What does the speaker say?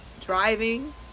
driving